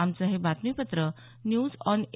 आमचं हे बातमीपत्र न्यूज आॅन ए